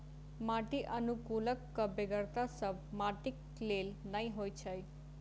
माटि अनुकुलकक बेगरता सभ माटिक लेल नै होइत छै